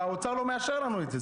האוצר לא מאשר לנו את זה,